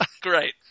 great